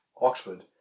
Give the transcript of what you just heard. Oxford